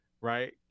right